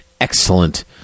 excellent